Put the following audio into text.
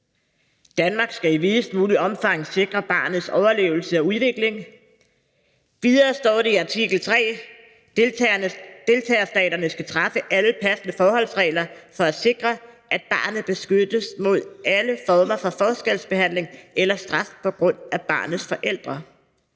Danmark skal i videst muligt omfang sikre barnets overlevelse og udvikling. Videre står der i artikel 2: Deltagerstaterne skal træffe alle passende forholdsregler for at sikre, at barnet beskyttes mod alle former for forskelsbehandling eller straf på grund af barnets forældre.